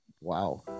wow